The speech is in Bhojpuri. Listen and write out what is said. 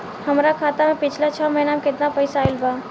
हमरा खाता मे पिछला छह महीना मे केतना पैसा आईल बा?